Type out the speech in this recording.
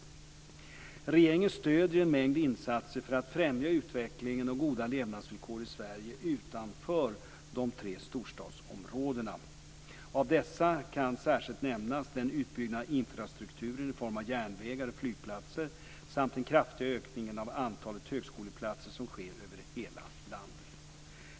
Regeringen stöder en mängd insatser för att främja utveckling och goda levnadsvillkor i Sverige utanför de tre storstadsområdena. Av dessa kan särskilt nämnas den utbyggnad av infrastrukturen i form av järnvägar och flygplatser samt den kraftiga ökning av antalet högskoleplatser som sker över hela landet.